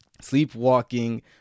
sleepwalking